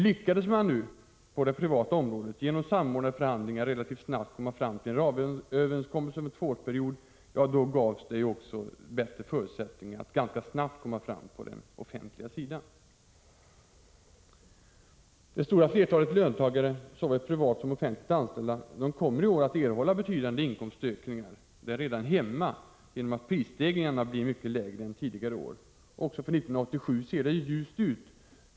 Lyckades man på det privata området att genom samordnade förhandlingar relativt snabbt komma fram till en ramöverenskommelse för en tvåårsperiod gavs det också bättre förutsättningar att komma fram ganska snabbt på den offentliga sidan. Det stora flertalet löntagare, såväl privat som offentligt anställda, kommer i år att erhålla betydande realinkomstökningar genom att prisstegringarna blir mycket lägre än tidigare år, och även för 1987 ser det ljust ut.